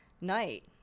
night